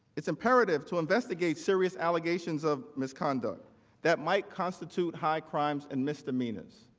it's imperative to investigate serious allegations of misconduct that might constitute high crimes and misdemeanors.